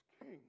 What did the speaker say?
king